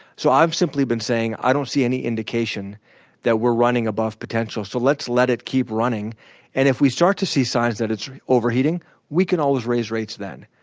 so i've simply been saying i don't see any indication that we're running above potential so let's let it keep running and if we start to see signs that it's overheating we can always raise rates then.